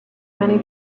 many